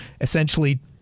essentially